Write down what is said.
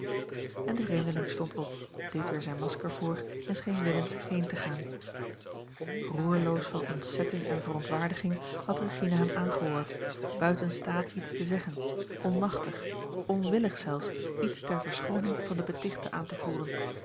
en de vreemdeling stond op deed weer zijn masker voor en scheen willens heen te gaan roerloos van ontzetting en verontwaardiging had regina hem aangehoord buiten staat iets te zeggen onmachtig onwillig zelfs iets ter verschooning van den betichte aan te voeren